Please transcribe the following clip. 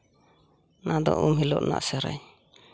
ᱚᱱᱟᱫᱚ ᱩᱢ ᱦᱤᱞᱳᱜ ᱨᱮᱱᱟᱜ ᱥᱮᱨᱮᱧ